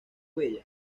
bella